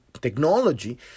technology